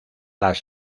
las